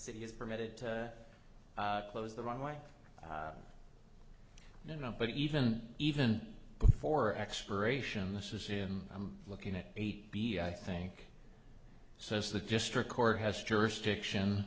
city is permitted to close the runway you know but even even before expiration this is in i'm looking at eight b i think so as the district court has jurisdiction